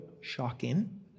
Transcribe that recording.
shocking